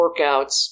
workouts